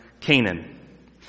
Canaan